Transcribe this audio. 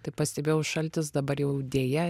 tai pastebėjau šaltis dabar jau deja